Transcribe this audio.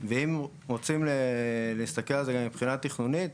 אם רוצים להסתכל על זה מבחינה תכנונית,